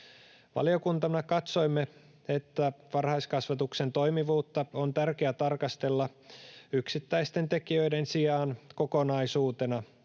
Valiokuntana katsoimme, että varhaiskasvatuksen toimivuutta on tärkeää tarkastella yksittäisten tekijöiden sijaan kokonaisuutena,